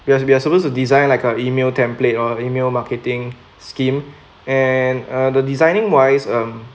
we are supposed to design like a email template or email marketing scheme and uh the designing wise um